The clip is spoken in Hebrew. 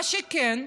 מה שכן,